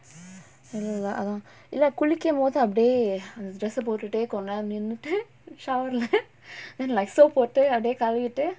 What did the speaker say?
இல்லல்ல அதா இல்ல குளிக்கு போது அப்டியே அந்த:illallaa atha kulikku pothu appdiyae antha dress ah போட்டுட்டே கொஞ்ச நேரோ நின்னுட்டு:potuttae konja nero ninnuttu shower leh then like soap போட்டு அப்டியே கழுவிட்டு:pottu appidiyae kaluvittu